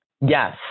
Yes